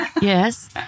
Yes